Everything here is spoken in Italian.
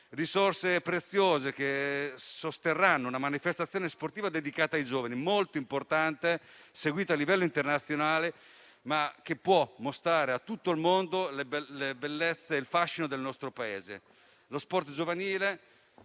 risorse preziose, che sosterranno una manifestazione sportiva molto importante dedicata ai giovani, seguita a livello internazionale, ma che può mostrare a tutto il mondo la bellezza e il fascino del nostro Paese.